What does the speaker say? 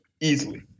easily